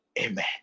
Amen